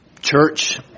church